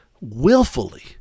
willfully